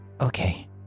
Okay